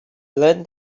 learn